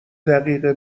دقیقه